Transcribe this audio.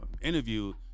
interviewed